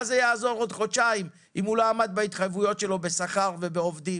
מה זה יעזור עוד חודשיים אם הוא לא עמד בהתחייבויות שלו בשכר לעובדים?